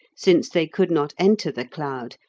since they could not enter the cloud,